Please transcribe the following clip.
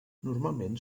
normalment